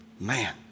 Man